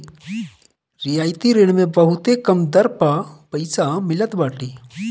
रियायती ऋण मे बहुते कम दर पअ पईसा मिलत बाटे